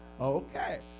Okay